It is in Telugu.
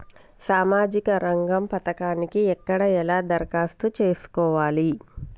సామాజిక రంగం పథకానికి ఎక్కడ ఎలా దరఖాస్తు చేసుకోవాలి?